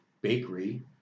bakery